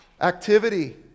Activity